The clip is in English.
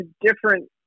different